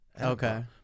Okay